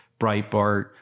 Breitbart